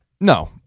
No